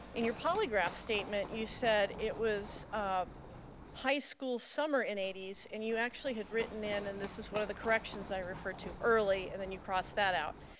in your polygraph statement, you said it was ah high school summer in eighty s, and you actually had written in, and this is one of the corrections i referred to early, and then you crossed that out,